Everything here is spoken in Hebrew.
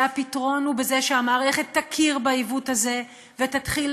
והפתרון הוא בזה שהמערכת תכיר בעיוות הזה ותתחיל